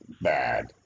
bad